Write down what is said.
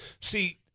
see